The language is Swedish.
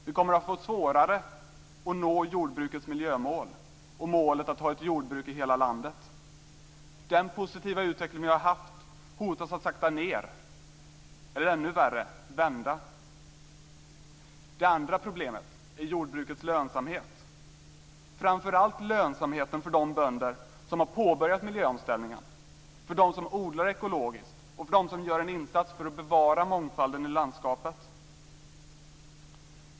Vi kommer att få det svårare att nå jordbrukets miljömål och målet att ha ett jordbruk i hela landet. Den positiva utveckling som vi har haft hotar att sakta ned - eller ännu värre: vända. Det andra problemet är jordbrukets lönsamhet, framför allt lönsamheten för de bönder som har påbörjat miljöomställningen, för dem som odlar ekologiskt och för dem som gör en insats genom att bevara mångfalden i landskapet.